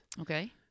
okay